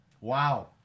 Wow